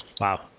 Wow